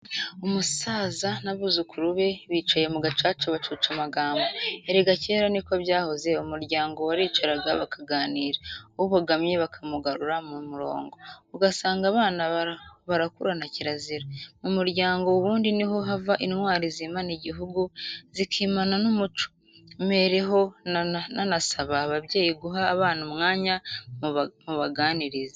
Umusaza n'abuzukuru be bicaye mu gacaca bacoca amagambo. Erega kera niko byahoze umuryango waricaraga bakaganira, ubogamye bakamugarura mu murongo, ugasanga abana barakurana kirazira. Mu muryango ubundi niho hava intwari zimana igihugu zikimana n'umuco, mpereho nanasaba ababyeyi guha abana umwanya mubaganirize.